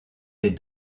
des